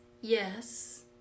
Yes